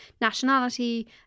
nationality